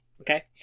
Okay